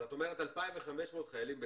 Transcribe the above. אז את אומרת, 2,500 חיילים בסדיר.